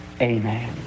Amen